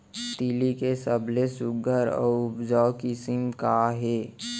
तिलि के सबले सुघ्घर अऊ उपजाऊ किसिम का हे?